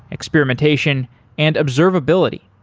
experimentation and observability.